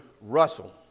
Russell